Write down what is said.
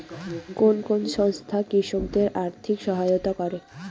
কোন কোন সংস্থা কৃষকদের আর্থিক সহায়তা করে?